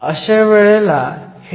अशा वेळेला हे दोष वाईट ठरतात